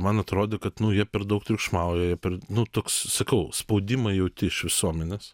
man atrodė kad nu jie per daug triukšmauja jie per nu toks sakau spaudimą jauti iš visuomenės